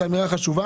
זאת אמירה חשובה.